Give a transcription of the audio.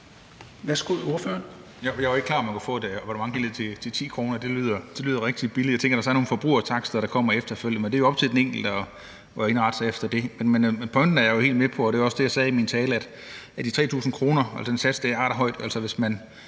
at man kunne få et abonnement helt ned til 10 kr. Det lyder rigtig billigt – jeg tænker, at der så er nogle forbrugertakster, der kommer efterfølgende. Men det er jo op til den enkelte at indrette sig efter det. Men pointen er jeg helt med på, og det var også det, jeg sagde i min tale, altså at de 3.000 kr. er højt